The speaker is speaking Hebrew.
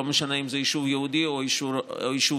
לא משנה אם זה יישוב יהודי או יישוב ערבי.